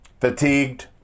fatigued